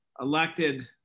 elected